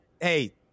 hey